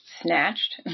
snatched